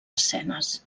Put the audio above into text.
escenes